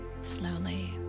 slowly